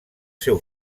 seu